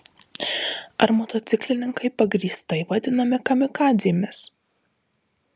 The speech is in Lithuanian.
ar motociklininkai pagrįstai vadinami kamikadzėmis